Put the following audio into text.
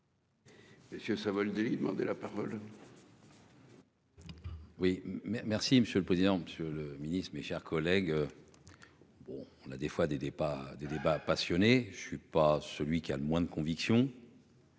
Messieurs Savoldelli demandé la parole.